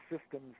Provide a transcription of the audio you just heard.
systems